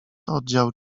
oddział